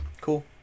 cool